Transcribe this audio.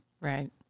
Right